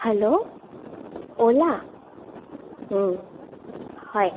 hello অ'লা হয়